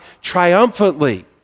triumphantly